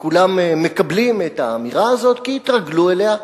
וכולם מקבלים את האמירה הזאת, כי התרגלו אליה.